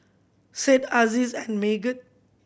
Said Aziz and Megat